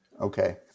Okay